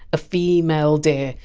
a female deer,